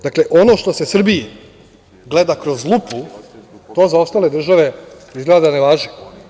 Dakle, ono što se Srbiji gleda kroz lupu, to za ostale države izgleda da ne važi.